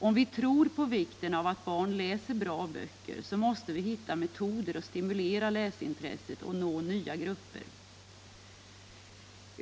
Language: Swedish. Om vi tror på vikten av att barn läser bra böcker, så måste vi hitta metoder att stimulera läsintresset och nå nya grupper.